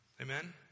Amen